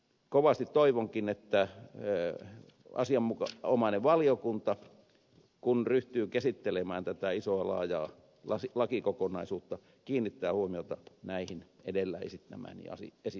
kovasti toivonkin että kun asianomainen valiokunta ryhtyy käsittelemään tätä isoa laajaa lakikokonaisuutta se kiinnittää huomiota näihin edellä esittämiini asioihin